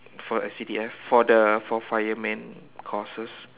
for S_C_D_F for the for fireman courses